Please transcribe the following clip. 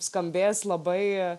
skambės labai